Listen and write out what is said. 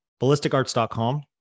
ballisticarts.com